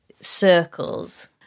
circles